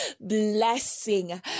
blessing